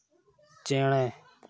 ᱪᱮᱬᱮ